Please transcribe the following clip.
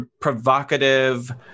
provocative